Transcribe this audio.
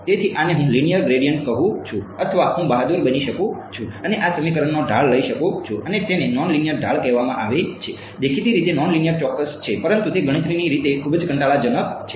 તેથી આને હું લીનીયર ગ્રેડીયંટ કહું છું અથવા હું બહાદુર બની શકું છું અને આ સમીકરણનો ઢાળ લઈ શકું છું અને તેને નોનલીનીયર ઢાળ કહેવામાં આવશે દેખીતી રીતે નોનલીનીયર ચોક્કસ છે પરંતુ તે ગણતરીની રીતે ખૂબ જ કંટાળાજનક છે